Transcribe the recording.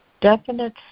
definite